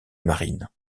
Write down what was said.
marine